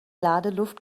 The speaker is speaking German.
ladeluft